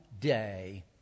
day